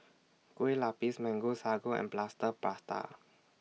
Kueh Lupis Mango Sago and Plaster Prata